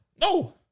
No